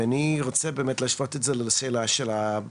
ואני רוצה באמת להשוות את זה לשאלה של הפקקים.